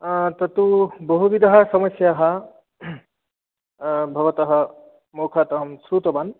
आ तत्तु बहुविधः समस्याः भवतः मुखात् अहं श्रुतवान्